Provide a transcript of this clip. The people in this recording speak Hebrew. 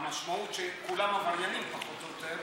והמשמעות היא שכולם עבריינים פחות או יותר,